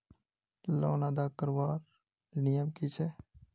Loan अदा करवार नियम की छे?